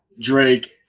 Drake